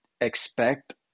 expect